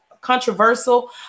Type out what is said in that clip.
controversial